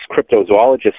cryptozoologists